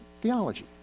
theology